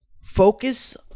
focus